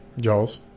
jaws